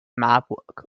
marburg